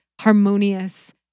harmonious